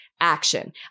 action